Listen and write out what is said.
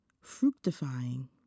fructifying